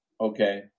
Okay